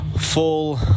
full